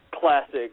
classic